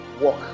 Walk